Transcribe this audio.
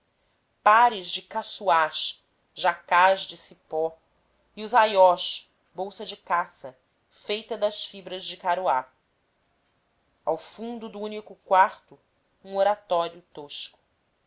pares de caçuás jacás de cipó e os aiós bolsa de caça feita das fibras de caroá ao fundo do único quarto um oratório tosco